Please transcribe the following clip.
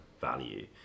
value